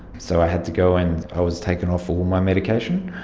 so i had to go and i was taken off all my medication.